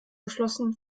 beschlossen